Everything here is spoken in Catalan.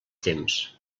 temps